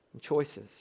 choices